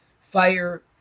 fire